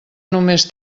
només